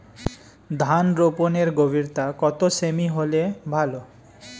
ধান রোপনের গভীরতা কত সেমি হলে ভালো?